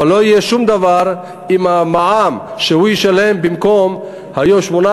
אבל לא יהיה שום דבר אם המע"מ שהוא ישלם יהיה במקום 18%,